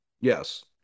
Yes